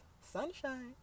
sunshine